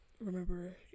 remember